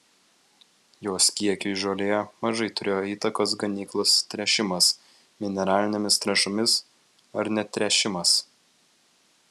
jos kiekiui žolėje mažai turėjo įtakos ganyklos tręšimas mineralinėmis trąšomis ar netręšimas